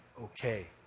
okay